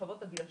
הגיל השונות.